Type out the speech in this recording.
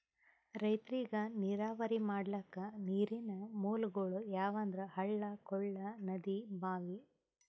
ರೈತರಿಗ್ ನೀರಾವರಿ ಮಾಡ್ಲಕ್ಕ ನೀರಿನ್ ಮೂಲಗೊಳ್ ಯಾವಂದ್ರ ಹಳ್ಳ ಕೊಳ್ಳ ನದಿ ಭಾಂವಿ